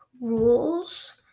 rules